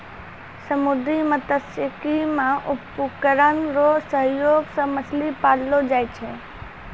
समुन्द्री मत्स्यिकी मे उपकरण रो सहयोग से मछली पाललो जाय छै